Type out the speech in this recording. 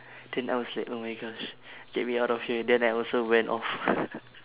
then I was like oh my gosh get me out of here then I also went off